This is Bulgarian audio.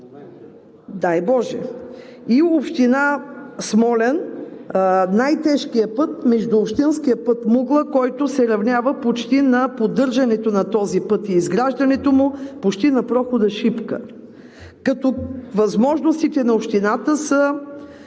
Дай боже! В община Смолян най-тежкият път е междуобщинският път Мугла – Смолян, който се равнява почти на поддържането на този път и изграждането на прохода Шипка. Като възможностите на общината са